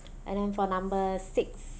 and then for number six